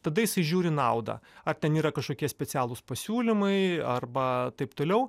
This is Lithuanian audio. tada jisai žiūri naudą ar ten yra kažkokie specialūs pasiūlymai arba taip toliau